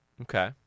Okay